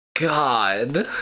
God